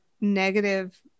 negative